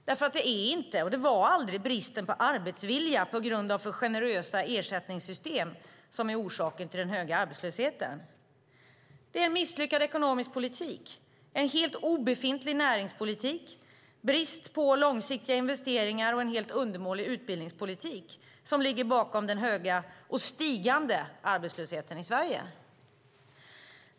Det är inte bristen på arbetsvilja på grund av för generösa ersättningssystem som är orsaken till den höga arbetslösheten. Det är en misslyckad ekonomisk politik, en helt obefintlig näringspolitik, en brist på långsiktiga investeringar och en helt undermålig utbildningspolitik som ligger bakom den höga och stigande arbetslösheten i Sverige.